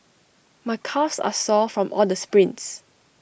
my calves are sore from all the sprints